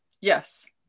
Yes